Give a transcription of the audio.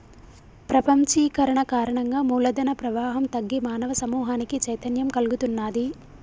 ప్రపంచీకరణ కారణంగా మూల ధన ప్రవాహం తగ్గి మానవ సమూహానికి చైతన్యం కల్గుతున్నాది